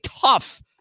tough